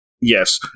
Yes